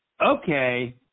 Okay